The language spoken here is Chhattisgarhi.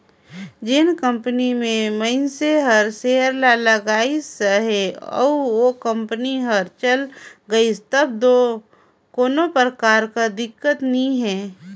जेन कंपनी में मइनसे हर सेयर ल लगाइस अहे अउ ओ कंपनी हर चइल गइस तब दो कोनो परकार कर दिक्कत नी हे